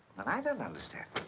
then i don't understand.